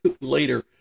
later